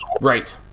right